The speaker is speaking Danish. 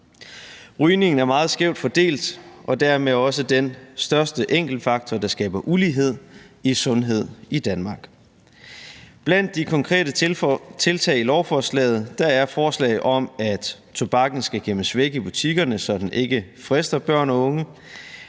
Rygningen er meget skævt fordelt og dermed også den største enkeltfaktor, der skaber ulighed i sundhed i Danmark. Blandt de konkrete tiltag i lovforslaget er forslag om, at tobakken skal gemmes væk i butikkerne, så den ikke frister børn og unge,